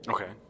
Okay